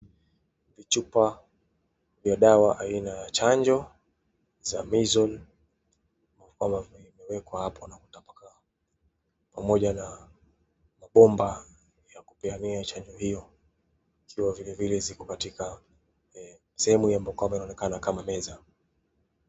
Chupa ya dawa aina ya chanjo za measle ambayo imewekwa hapo na kutapakaa, pamoja na mabomba ya kupeania chanjo hiyo ikiwa vilevile ziko katika sehemu ambayo inaonekana kama meza.